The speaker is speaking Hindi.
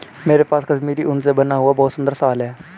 मेरे पास कश्मीरी ऊन से बना हुआ बहुत सुंदर शॉल है